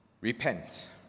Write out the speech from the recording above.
repent